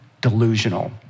delusional